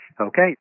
Okay